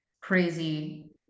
crazy